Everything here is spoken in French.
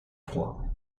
froid